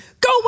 go